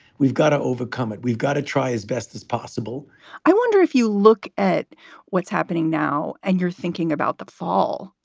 we've got to overcome it. we've got to try as best as possible i wonder if you look at what's happening now and you're thinking about the fall,